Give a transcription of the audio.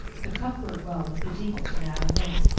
the cuthbert well was the deepest in avonlea.